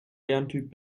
lerntyp